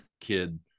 kid